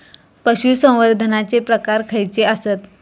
पशुसंवर्धनाचे प्रकार खयचे आसत?